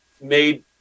made